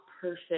perfect